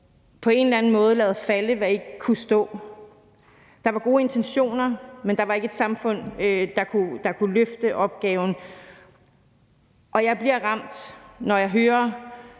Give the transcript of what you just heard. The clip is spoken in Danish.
på en eller anden måde havde ladet falde, hvad der ikke kunne stå. Der var gode intentioner, men der var ikke et samfund, der kunne løfte opgaven. Og jeg bliver ramt, når jeg hører,